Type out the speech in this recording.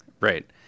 Right